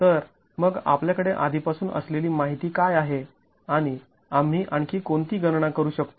तर मग आपल्याकडे आधीपासून असलेली माहिती काय आहे आणि आम्ही आणखी कोणती गणना करू शकतो